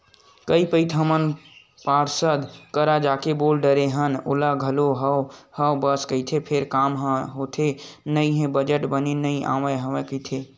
कई पइत हमन पार्षद करा जाके बोल डरे हन ओहा घलो हव हव बस कहिथे फेर काम ह होथे नइ हे बजट बने नइ आय हवय कहिथे